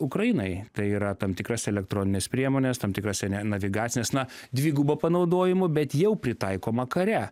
ukrainai tai yra tam tikras elektronines priemones tam tikras sene navigacines na dvigubo panaudojimo bet jau pritaikoma kare